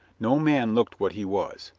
no man looked what he was.